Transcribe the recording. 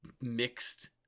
mixed